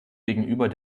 gegenüber